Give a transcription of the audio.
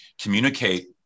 communicate